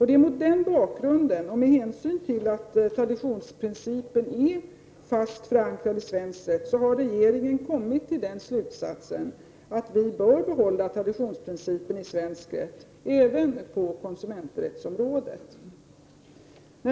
Det är mot den bakgrunden och med hänsyn till att traditionsprincipen är fast förankrad i svensk rätt som regeringen har kommit till den slutsatsen att vi bör behålla traditionsprincipen i svensk rätt även på konsumenträttsområdet.